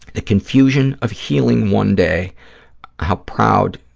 the confusion of healing one day how proud,